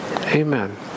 Amen